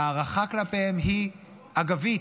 ההערכה כלפיהם היא אגבית,